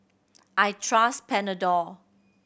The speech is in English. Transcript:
I trust Panadol